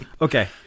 Okay